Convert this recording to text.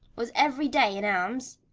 was every day in arms,